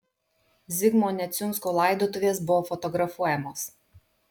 zigmo neciunsko laidotuvės buvo fotografuojamos